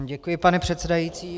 Děkuji, pane předsedající.